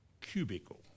cubicle